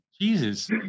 Jesus